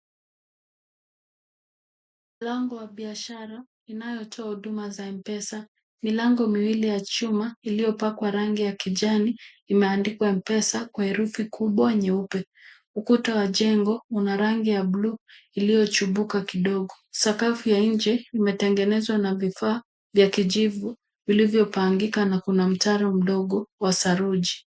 Lango wa biashara inayotoa huduma za mpesa, milango miwili ya chuma ilipakwa rangi ya kijani imeandikwa mpesa kwa herufi kubwa nyeupe, ukuta wa jengo unarangi ya blue iliyochubuka kidogo, sakafu ya nje imetengenezwa na vifaa vya kijivu vilivyopangika na kuna mtaro mdogo wa saruji.